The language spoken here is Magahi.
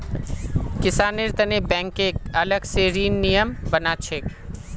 किसानेर तने बैंकक अलग स ऋनेर नियम बना छेक